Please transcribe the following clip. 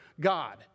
God